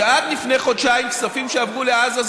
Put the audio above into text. שעד לפני חודשיים כספים שעברו לעזה זה